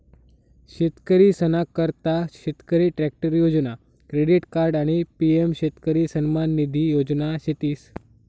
शेतकरीसना करता शेतकरी ट्रॅक्टर योजना, क्रेडिट कार्ड आणि पी.एम शेतकरी सन्मान निधी योजना शेतीस